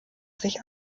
sich